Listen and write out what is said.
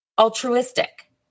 Altruistic